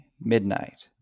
midnight